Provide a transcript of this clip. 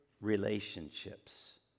relationships